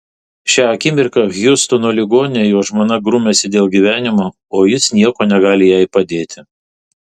šią akimirką hjustono ligoninėje jo žmona grumiasi dėl gyvenimo o jis niekuo negali jai padėti